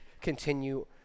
continue